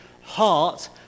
heart